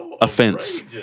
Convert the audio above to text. offense